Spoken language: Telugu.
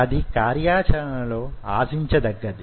అది కార్యాచరణలో ఆశించదగ్గది